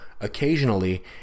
occasionally